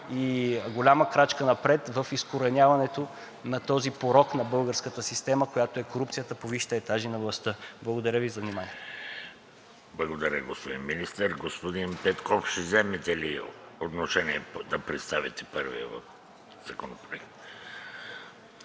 и голяма крачка напред в изкореняването на този порок на българската система – корупцията по висшите етажи на властта. Благодаря Ви за вниманието. ПРЕДСЕДАТЕЛ ВЕЖДИ РАШИДОВ: Благодаря, господин Министър. Господин Петков, ще вземете ли отношение да представите първия законопроект?